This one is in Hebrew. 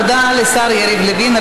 תודה לשר יריב לוין.